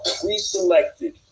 pre-selected